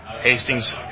Hastings